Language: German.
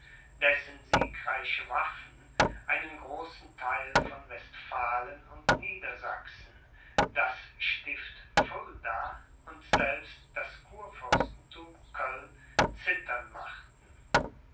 dessen siegreiche waffen einen großen theil von westphalen und niedersachsen das stift fulda und selbst das kurfürstenthum köln zittern machten